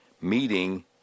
meeting